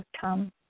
come